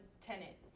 tenant